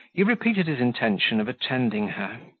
he repeated his intention of attending her.